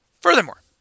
Furthermore